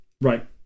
Right